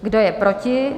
Kdo je proti?